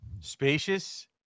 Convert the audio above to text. spacious